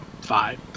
five